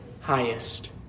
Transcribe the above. highest